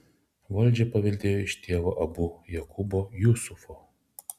valdžią paveldėjo iš tėvo abu jakubo jusufo